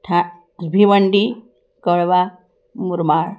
ठा भिवंडी कळवा मुरमाळ